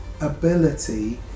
ability